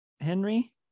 Henry